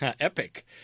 Epic